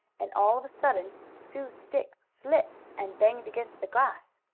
and all of a sudden sue's stick slipped and banged against the glass.